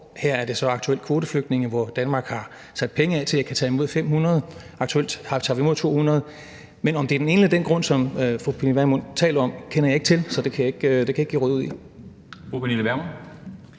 Her er det så aktuelt kvoteflygtninge, hvor Danmark har sat penge af til at kunne tage imod 500, og aktuelt tager vi imod 200. Men om det er af den grund, som fru Pernille Vermund taler om, kender jeg ikke til, så det kan jeg ikke gå ind i .